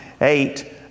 eight